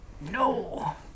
no